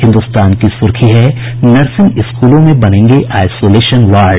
हिन्दुस्तान की सुर्खी है नर्सिंग स्कूलों में बनेंगे आईसोलेशन वार्ड